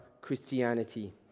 Christianity